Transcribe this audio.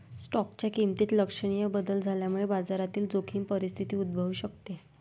स्टॉकच्या किमतीत लक्षणीय बदल झाल्यामुळे बाजारातील जोखीम परिस्थिती उद्भवू शकते